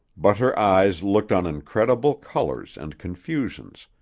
but her eyes looked on incredible colors and confusions,